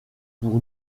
pour